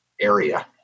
area